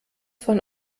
von